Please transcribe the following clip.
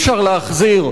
אי-אפשר לגרש.